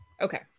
Okay